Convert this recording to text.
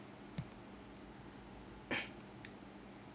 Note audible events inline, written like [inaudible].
[noise]